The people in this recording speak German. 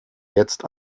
jetzt